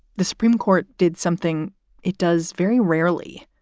the supreme court did something it does very rarely.